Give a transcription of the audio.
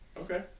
Okay